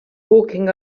walking